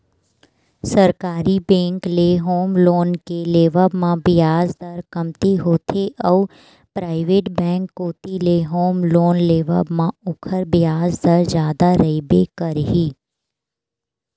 सरकारी बेंक ले home loan के लेवब म बियाज दर कमती होथे अउ पराइवेट बेंक कोती ले होम लोन लेवब म ओखर बियाज दर जादा रहिबे करही